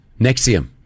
Nexium